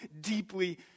deeply